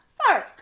Sorry